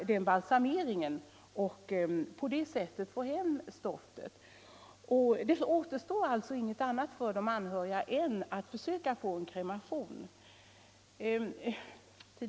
Det kan på det sättet vara mycket svårt att få hem stoftet och det återstår alltså inget annat för de anhöriga än att försöka få en kremering.